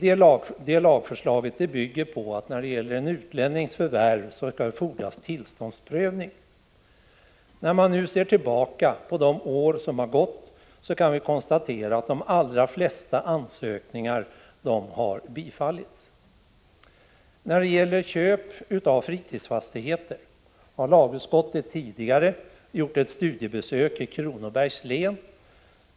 Enligt detta lagförslag fordras tillståndspröv När man ser tillbaka på de år som har gått kan man konstatera att de allra flesta undersökningar har lett till bifall. När det gäller köp av fritidsfastigheter har lagutskottet tidigare gjort ett studiebesök i Kronobergs län.